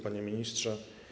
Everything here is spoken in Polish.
Panie Ministrze!